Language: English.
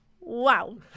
wow